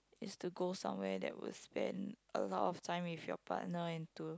is to go somewhere that will spend a lot of time with your partner and to